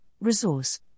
Resource